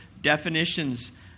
definitions